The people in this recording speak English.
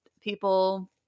people